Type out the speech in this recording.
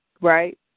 right